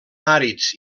àrids